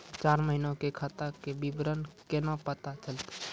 चार महिना के खाता के विवरण केना पता चलतै?